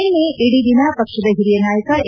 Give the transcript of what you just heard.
ನಿನ್ನೆ ಇಡೀ ದಿನ ಪಕ್ಷದ ಹಿರಿಯ ನಾಯಕ ಎ